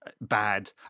Bad